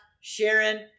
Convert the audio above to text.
Sharon